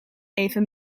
even